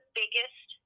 biggest